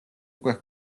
უკვე